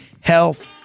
health